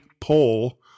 poll